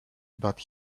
that